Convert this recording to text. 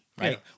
right